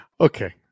Okay